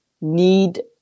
need